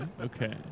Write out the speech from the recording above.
okay